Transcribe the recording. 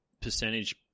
percentage